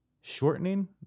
Shortening